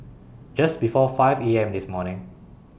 Just before five A M This morning